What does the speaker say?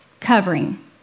covering